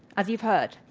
as you've heard.